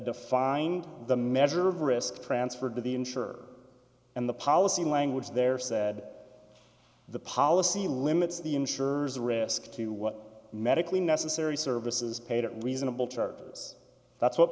defined the measure of risk transferred to the insurer and the policy language there said the policy limits the insurers the risk to what medically necessary services paid at reasonable charges that's what